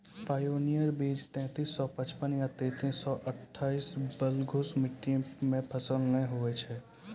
Pioneer बीज तेंतीस सौ पचपन या तेंतीस सौ अट्ठासी बलधुस मिट्टी मे फसल निक होई छै?